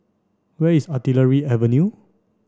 where is Artillery Avenue